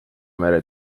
mere